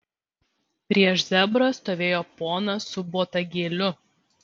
prieš zebrą stovėjo ponas su botagėliu